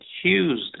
accused